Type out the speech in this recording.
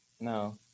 No